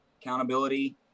accountability